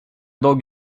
dog